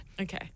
Okay